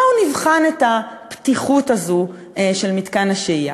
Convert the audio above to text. בואו נבחן את הפתיחות הזו של מתקן השהייה.